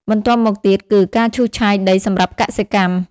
បន្ទាប់មកទៀតគឺ ការឈូសឆាយដីសម្រាប់កសិកម្ម។